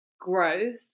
growth